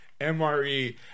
MRE